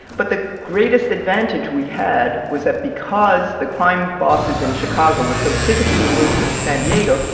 but the greatest advantage we had was that because the crime bosses in chicago were so physically removed from san diego,